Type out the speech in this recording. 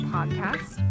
Podcast